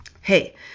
hey